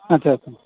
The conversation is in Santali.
ᱟᱪᱪᱷᱟ ᱟᱪᱪᱷᱟ